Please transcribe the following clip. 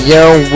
Young